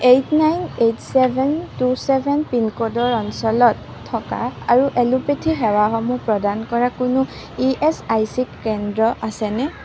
eight nine eight seven two seven পিনক'ডৰ অঞ্চলত থকা আৰু এলোপেথী সেৱাসমূহ প্ৰদান কৰা কোনো ই এছ আই চি কেন্দ্ৰ আছেনে